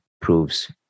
proves